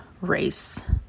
race